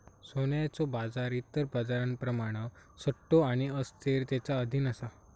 सोन्याचो बाजार इतर बाजारांप्रमाण सट्टो आणि अस्थिरतेच्या अधीन असा